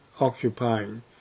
occupying